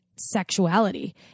sexuality